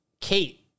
Kate